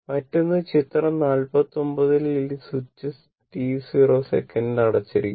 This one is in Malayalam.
മറ്റൊന്ന് ചിത്രം 49 ൽ ഈ സ്വിച്ച് t 0 സെക്കന്റിൽ അടച്ചിരിക്കുന്നു